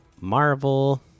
Marvel